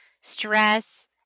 stress